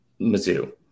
Mizzou